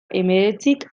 hemeretzik